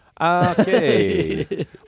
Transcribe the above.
Okay